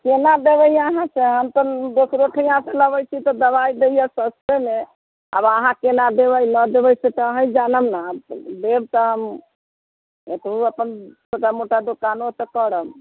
केना देबै अहाँ से हम तऽ दोसरो ठिना से लाबैत छी तऽ दवाइ दैयऽ सस्तेमे आब अहाँ केना देबै नहि देबै से तऽ अहीँ जानब ने देब तऽ हम एतहु अपन छोटा मोटा दोकानो तऽ करम